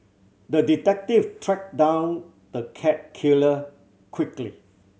the detective tracked down the cat killer quickly